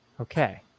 Okay